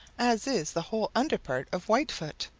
as is the whole under part of whitefoot.